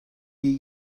iyi